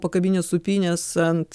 pakabinę sūpynes ant